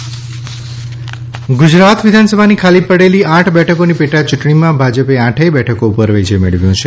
ગુજરાત પેટા ચૂંટણી ગુજરાત વિધાનસભાની ખાલી પડેલી આઠ બેઠકોની પેટાચૂંટણીમાં ભાજપે આઠેય બેઠકો ઉપર વિજય મેળવ્યો છે